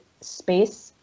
space